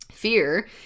Fear